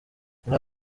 muri